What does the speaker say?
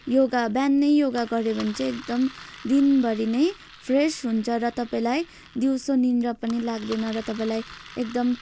योगा बिहानै योगा गर्यो भने चाहिँ एकदम दिनभरि नै फ्रेस हुन्छ र तपाईँलाई दिउँसो निद्रा पनि लाग्दैन र तपाईँलाई एकदम